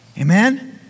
amen